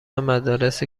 مدارس